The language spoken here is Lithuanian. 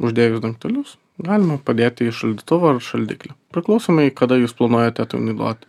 uždėti dangtelius galima padėti į šaldytuvą ar šaldiklį priklausomai kada jūs planuojate tai naudoti